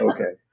Okay